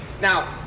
Now